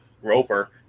Roper